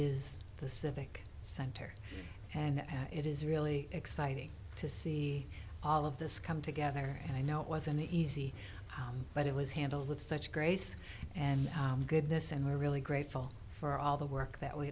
is the civic center and it is really exciting to see all of this come together and i know it wasn't easy but it was handled with such grace and goodness and we're really grateful for all the work that w